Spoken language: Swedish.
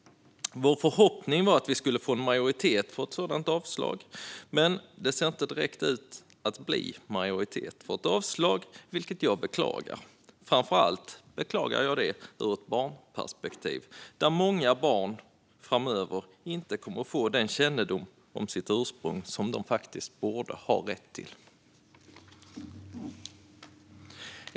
Vår förhoppning var att vi skulle få majoritet för ett sådant avslag. Men det ser inte direkt ut att bli majoritet för ett avslag, vilket jag beklagar. Framför allt beklagar jag det ur ett barnperspektiv, då många barn framöver inte kommer att få den kännedom om sitt ursprung som de faktiskt borde ha rätt till.